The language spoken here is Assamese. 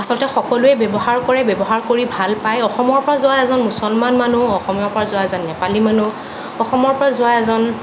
আচলতে সকলোৱে ব্যৱহাৰ কৰে ব্যৱহাৰ কৰি ভাল পায় অসমৰ পৰা যোৱা এজন মুছলমান মানুহ অসমৰ পৰা যোৱা এজন নেপালী মানুহ অসমৰ পৰা যোৱা এজন